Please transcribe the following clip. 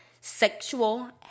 sexual